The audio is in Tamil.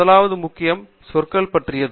முதலாவது முக்கிய சொற்கள் பற்றியது